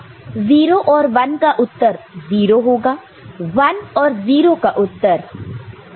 0 और 1 का उत्तर 0 होगा 1 और 0 का उत्तर 0 होगा 1 और 1 का उत्तर 1 होगा